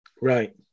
Right